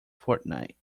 fortnite